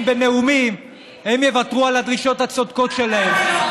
בנאומים הם יוותרו על הדרישות הצודקות שלהם,